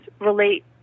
relate